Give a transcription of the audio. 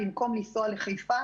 במקום לנסוע לחיפה,